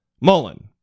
Mullen